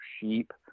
sheep